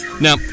Now